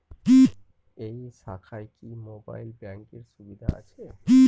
এই শাখায় কি মোবাইল ব্যাঙ্কের সুবিধা আছে?